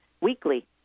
weekly